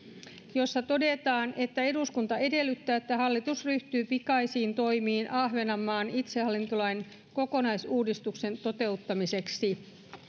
jossa todetaan että eduskunta edellyttää että hallitus ryhtyy pikaisiin toimiin ahvenanmaan itsehallintolain kokonaisuudistuksen toteuttamiseksi